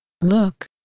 look